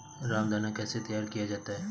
रामदाना कैसे तैयार किया जाता है?